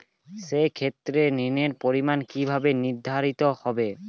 সে ক্ষেত্রে ঋণের পরিমাণ কিভাবে নির্ধারিত হবে?